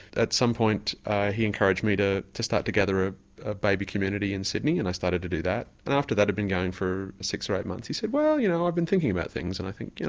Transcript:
at some point he encouraged me to to start to gather a ah baby community in sydney and i started to do that and after that had been going for six or eight months he said well you know i've been thinking about things and i think you know,